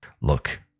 Look